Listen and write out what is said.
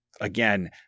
again